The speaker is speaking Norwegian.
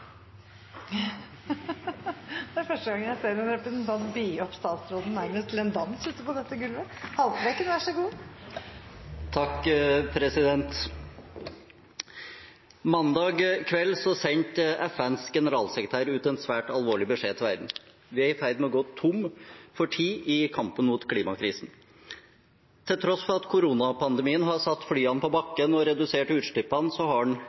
Det er første gang jeg ser en representant nærmest by opp statsråden til en dans. Mandag kveld sendte FNs generalsekretær ut en svært alvorlig beskjed til verden: Vi er i ferd med å gå tom for tid i kampen mot klimakrisen. Til tross for at koronapandemien har satt flyene på bakken og redusert utslippene, har den